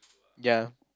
ya